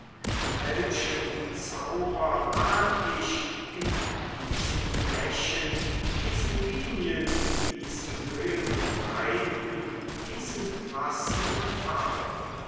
welchen zauber ahn ich in diesen flächen diesen linien diesen höhen und breiten diesen massen und farben